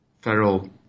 Federal